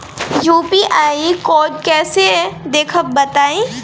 UPI code कैसे देखब बताई?